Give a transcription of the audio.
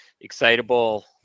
excitable